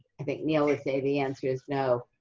i think neil would say the answer is no.